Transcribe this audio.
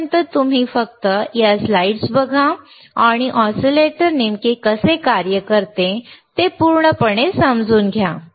तोपर्यंत तुम्ही फक्त या स्लाइड्स बघा आणि ऑसिलेटर नेमके कसे कार्य करते ते पूर्णपणे समजून घ्या